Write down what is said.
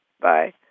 bye